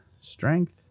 strength